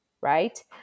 right